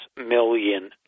Million